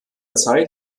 zeit